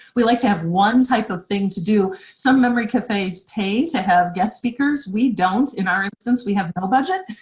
we like to have one type of thing to do. some memory cafes pay to have guest speakers. we don't, in our instance we have no budget,